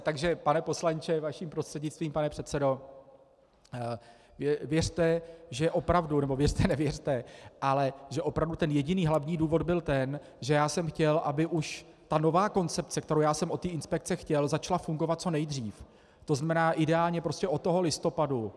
Takže pane poslanče, vaším prostřednictvím, pane předsedo, věřte, že opravdu, nebo věřte nevěřte, ale že opravdu ten jediný hlavní důvod byl ten, že jsem chtěl, aby už ta nová koncepce, kterou jsem od inspekce chtěl, začala fungovat co nejdřív, to znamená ideálně od listopadu.